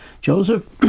Joseph